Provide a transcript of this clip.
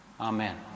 Amen